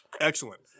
Excellent